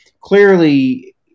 clearly